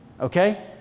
Okay